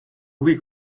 huvi